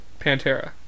Pantera